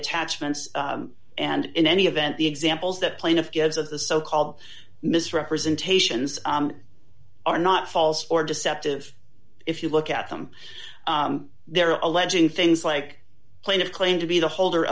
attachments and in any event the examples that plaintiff gives of the so called misrepresentations are not false or deceptive if you look at them they're alleging things like plain of claimed to be the holder